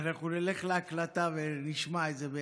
אנחנו נלך להקלטה ונשמע את זה יחד.